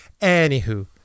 anywho